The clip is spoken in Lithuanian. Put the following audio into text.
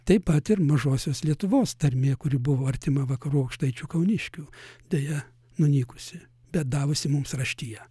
taip pat ir mažosios lietuvos tarmė kuri buvo artima vakarų aukštaičių kauniškių deja nunykusi bet davusi mums raštiją